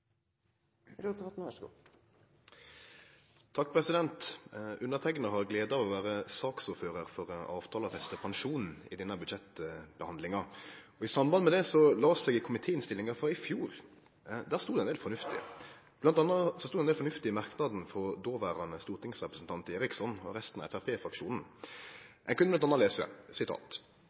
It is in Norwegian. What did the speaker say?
har gleda av å vere saksordførar for avtalefesta pensjon i denne budsjettbehandlinga. I samband med det las eg i komitéinnstillinga frå i fjor. Der sto det ein del fornuftig. Bl.a. stod det ein del fornuftig i merknaden frå dåverande stortingsrepresentant Eriksson og resten av framstegspartifraksjonen. Eg kunne